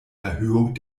erhöhung